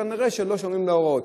כנראה לא שומעים להוראות.